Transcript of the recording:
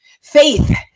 Faith